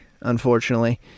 unfortunately